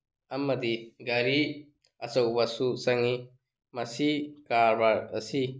ꯑꯃꯗꯤ ꯒꯥꯔꯤ ꯑꯆꯧꯕꯁꯨ ꯆꯪꯉꯤ ꯃꯁꯤ ꯀꯔꯕꯥꯔ ꯑꯁꯤ